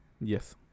Yes